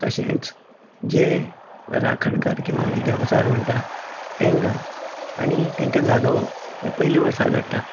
तशेंंच जे राखणकार आमी देवचार म्हणटा तेंकां आनी तेंकां जागोवप हे पयले वर्सा घडटा